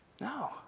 No